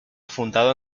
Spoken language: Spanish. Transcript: fundado